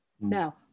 now